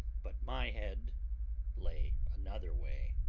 but my head lay another way.